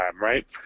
right